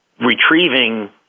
retrieving